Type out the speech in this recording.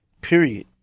period